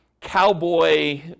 cowboy